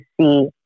see